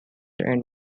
and